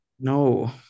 No